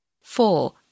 four